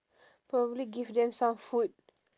probably give them some food